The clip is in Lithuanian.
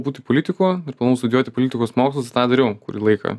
būti politiku ir planavau studijuoti politikos mokslus ir tą dariau kurį laiką